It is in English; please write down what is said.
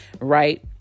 right